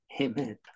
amen